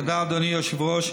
תודה, אדוני היושב-ראש.